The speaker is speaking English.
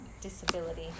disability